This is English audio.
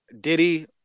Diddy